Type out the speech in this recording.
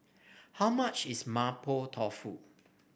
how much is Mapo Tofu